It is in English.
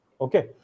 Okay